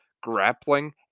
grappling